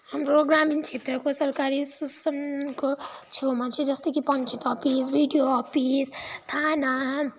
हाम्रो ग्रामीण क्षेत्रको सरकारी सुसनको छेउमा चाहिँ जस्तै कि पञ्चायत अफिस बिडिओ अफिस थाना